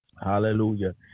hallelujah